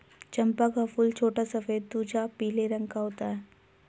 चंपा का फूल छोटा सफेद तुझा पीले रंग का होता है